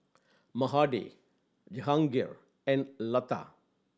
Mahade Jehangirr and Lata